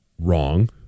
wrong